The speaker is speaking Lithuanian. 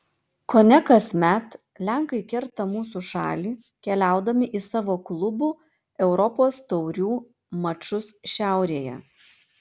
kone kasmet lenkai kerta mūsų šalį keliaudami į savo klubų europos taurių mačus šiaurėje